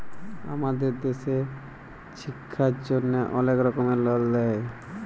আমাদের দ্যাশে ছিক্ষার জ্যনহে অলেক রকমের লল দেয়